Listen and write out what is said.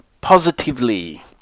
positively